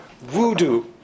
Voodoo